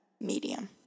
medium